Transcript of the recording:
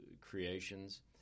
creations